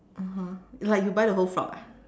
(uh huh) like you buy the whole frog ah